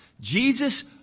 Jesus